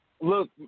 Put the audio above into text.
Look